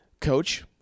coach